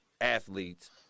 athletes